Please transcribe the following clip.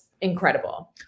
incredible